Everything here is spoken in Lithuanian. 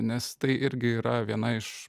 nes tai irgi yra viena iš